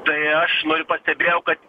tai aš nu ir pastebėjau kad